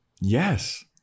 Yes